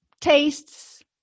Tastes